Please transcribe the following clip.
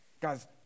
Guys